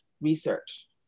research